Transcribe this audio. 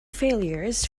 failures